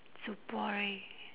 it's so boring